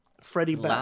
Freddie